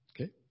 Okay